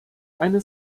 eine